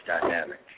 dynamic